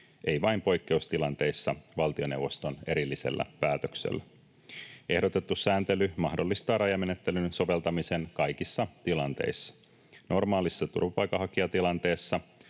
ei vain poikkeustilanteissa valtioneuvoston erillisellä päätöksellä. Ehdotettu sääntely mahdollistaa rajamenettelyn soveltamisen kaikissa tilanteissa, normaalissa turvapaikanhakijatilanteessa,